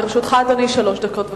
לרשותך, אדוני, שלוש דקות.